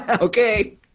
Okay